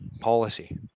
policy